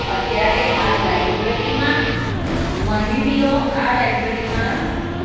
અત્યારે આ લાઇબ્રરીમાં માહિતીઓ આ લાઇબ્રરીમાં